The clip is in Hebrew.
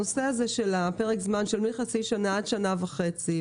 הנושא הזה של פרק הזמן מחצי שנה ועד שנה וחצי,